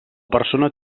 persona